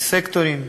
של סקטורים.